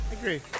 Agree